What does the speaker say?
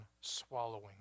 swallowing